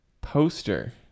Poster